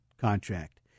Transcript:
contract